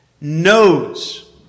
knows